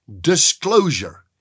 disclosure